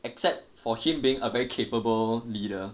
except for him being a very capable leader